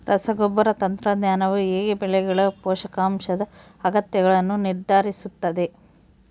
ರಸಗೊಬ್ಬರ ತಂತ್ರಜ್ಞಾನವು ಹೇಗೆ ಬೆಳೆಗಳ ಪೋಷಕಾಂಶದ ಅಗತ್ಯಗಳನ್ನು ನಿರ್ಧರಿಸುತ್ತದೆ?